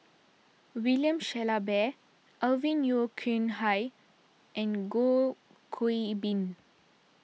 William Shellabear Alvin Yeo Khirn Hai and Goh Qiu Bin